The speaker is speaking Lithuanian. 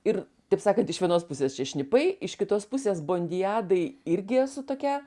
ir taip sakant iš vienos pusės čia šnipai iš kitos pusės bondijadai irgi esu tokia